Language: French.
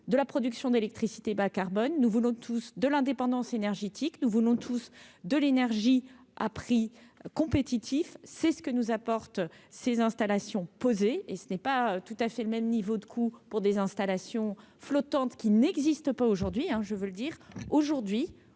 de la production d'électricité bas-carbone nous voulons tous de l'indépendance énergétique, nous voulons tous de l'énergie à prix compétitifs, c'est ce que nous apporte ses installations et ce n'est pas tout à fait le même niveau de coûts pour des installations flottantes qui n'existe pas aujourd'hui, hein, je veux le dire aujourd'hui,